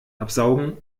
absaugen